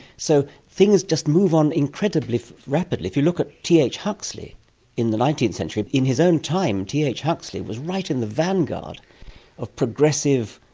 so things just move on incredibly rapidly. if you look at t. h. huxley in the nineteenth century, in his own time t. h. huxley was right in the vanguard of progressive,